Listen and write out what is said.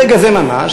ברגע זה ממש,